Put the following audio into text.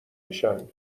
میشن